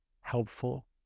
helpful